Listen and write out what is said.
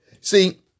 See